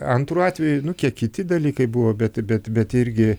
antru atveju nu kiek kiti dalykai buvo bet bet bet irgi